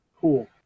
Cool